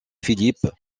philippe